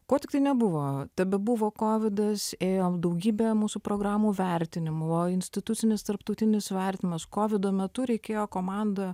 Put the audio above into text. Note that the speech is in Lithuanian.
ko tiktai nebuvo tebebuvo kovidas ėjo daugybė mūsų programų vertinimų institucinis tarptautinis vertimas kovido metu reikėjo komandą